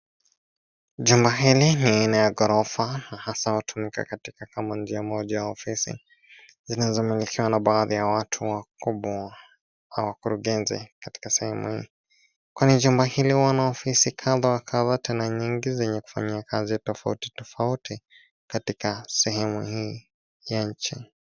Jumba hili ni aina ya ghorofa. Hasa hutumika katika kama njia moja ya ofisi, zinazo milikiwa na baadhi ya watu wakubwa kama wakurugenzi katika sehemu hii. Kwani jumba hili huwa na ofisi kadha wa kadha tena nyingi zenye kufanyiwa kazi tofauti tofauti katika sehemu hii ya nchi.